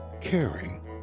Caring